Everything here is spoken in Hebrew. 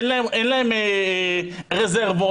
אין להם רזרבות,